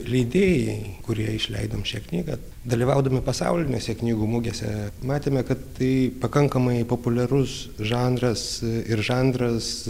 leidėjai kurie išleidom šią knygą dalyvaudami pasaulinėse knygų mugėse matėme kad tai pakankamai populiarus žanras ir žanras